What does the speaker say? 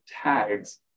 tags